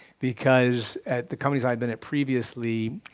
because at the companies i'd been at previously,